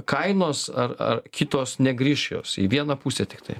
kainos ar ar kitos negrįš jos į vieną pusę tiktai